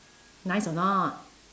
nice or not